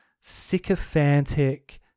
sycophantic